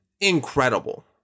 incredible